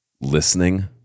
listening